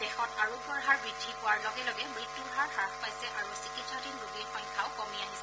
দেশত আৰোগ্যৰ হাৰ বৃদ্ধি পোৱাৰ লগে লগে মৃত্যৰ হাৰ হাস পাইছে আৰু চিকিৎসাধীন ৰোগীৰ সংখ্যাও কমি আহিছে